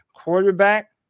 quarterback